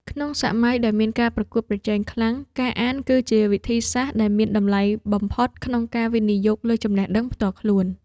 ក្នុងសម័យដែលមានការប្រកួតប្រជែងខ្លាំង ការអានគឺជាវិធីសាស្ត្រដែលមានតម្លៃទាបបំផុតក្នុងការវិនិយោគលើចំណេះដឹងផ្ទាល់ខ្លួន។